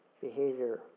behavior